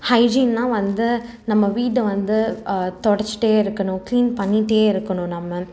ஹைஜீன்லாம் வந்து நம்ம வீட்ட வந்து தொடைச்சிட்டே இருக்கணும் கிளீன் பண்ணிகிட்டே இருக்கணும் நம்ம